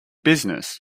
business